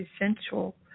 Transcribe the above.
essential